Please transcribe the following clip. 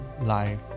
Life